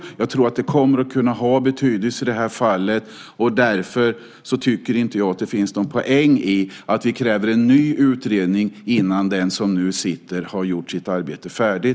Jag tror att det kommer att kunna ha betydelse i det här fallet. Därför tycker jag inte att det finns någon poäng i att kräva en ny utredning innan den nu pågående utredningen är färdig.